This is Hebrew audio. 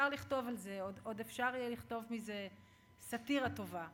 עוד אפשר יהיה לכתוב על זה סאטירה טובה,